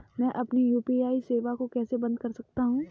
मैं अपनी यू.पी.आई सेवा को कैसे बंद कर सकता हूँ?